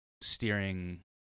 steering